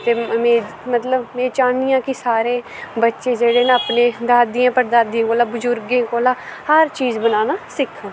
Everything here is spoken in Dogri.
ते मैं मतलव मैं चाहनी आं के सारे बच्चे जेह्ड़े न दादियें पड़दादियें कोला बजुर्गें कोला हर चीज़ बनाना सिक्खन